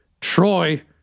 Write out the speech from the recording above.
Troy